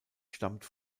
stammt